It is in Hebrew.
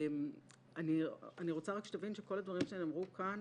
אני רוצה רק שתבין שכל הדברים שנאמרו כאן